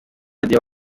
radiyo